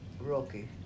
Rocky